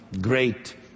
great